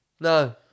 No